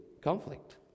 conflict